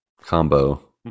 combo